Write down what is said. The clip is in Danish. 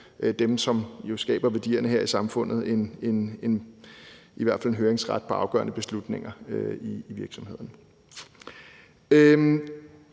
dem, som jo skaber værdierne her i samfundet, i hvert fald en høringsret på afgørende beslutninger i virksomheden.